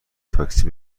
تاکسی